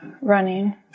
Running